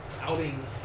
outing